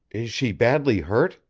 is she badly hurt?